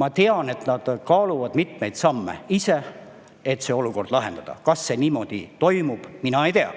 Ma tean, et nad kaaluvad ise mitmeid samme, et see olukord lahendada. Kas see niimoodi toimub, mina ei tea.